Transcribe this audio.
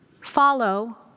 follow